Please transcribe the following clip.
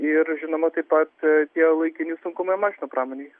ir žinoma taip pat tie laikini sunkumai mašinų pramonėje